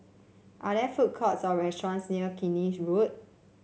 are there food courts or restaurants near Killiney Road